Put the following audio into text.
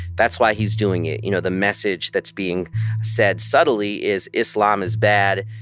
that's why he's doing it. you know, the message that's being said subtly is islam is bad.